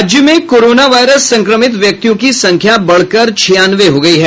राज्य में corona virus संक्रमित व्यक्तियों की संख्या बढ़कर छियानवे हो गयी है